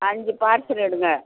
அஞ்சு பார்சல் எடுங்க